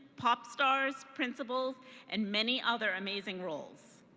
pop stars, principals and many other amazing roles.